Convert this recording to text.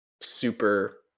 super